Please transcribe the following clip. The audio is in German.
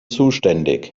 zuständig